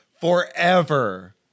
forever